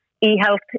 E-health